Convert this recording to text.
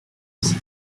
jsem